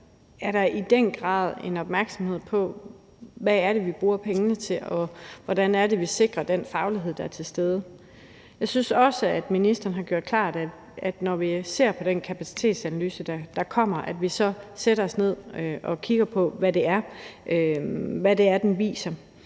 er der i den grad en opmærksomhed på, hvad det er, vi bruger pengene til, og hvordan vi sikrer den faglighed, der er til stede. Jeg synes også, at ministeren har gjort klart, at når vi ser på den kapacitetsanalyse, der kommer, så skal vi sætte os ned og kigge på, hvad det er, den viser.